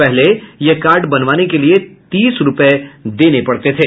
पहले यह कार्ड बनवाने के लिए तीस रूपये देने पड़ते थे